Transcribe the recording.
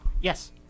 Yes